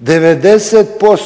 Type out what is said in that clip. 90%